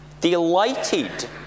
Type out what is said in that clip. delighted